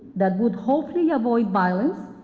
that would hopefully avoid violence,